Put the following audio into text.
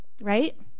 right